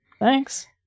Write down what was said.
thanks